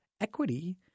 equity